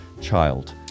child